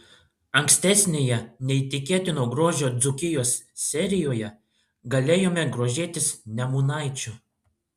ankstesnėje neįtikėtino grožio dzūkijos serijoje galėjome grožėtis nemunaičiu